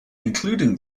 including